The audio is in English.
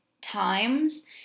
times